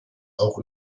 auch